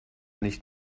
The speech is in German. nicht